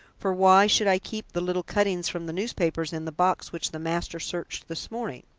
for why should i keep the little cuttings from the newspapers in the box which the master searched this morning?